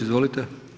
Izvolite.